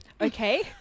Okay